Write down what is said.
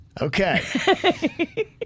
Okay